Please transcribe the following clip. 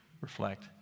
reflect